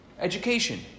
Education